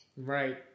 Right